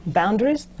boundaries